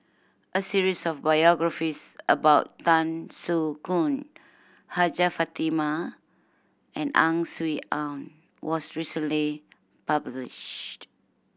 a series of biographies about Tan Soo Khoon Hajjah Fatimah and Ang Swee Aun was recently published